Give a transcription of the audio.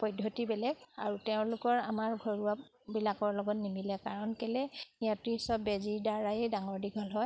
পদ্ধতি বেলেগ আৰু তেওঁলোকৰ আমাৰ ঘৰুৱাবিলাকৰ লগত নিমিলে কাৰণ কেলেই সিহঁতি চব বেজীৰ দ্বাৰায়ে ডাঙৰ দীঘল হয়